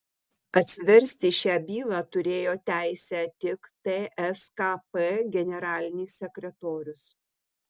atsiversti šią bylą turėjo teisę tik tskp generalinis sekretorius